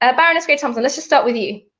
ah baroness grey-thompson, let's just start with you.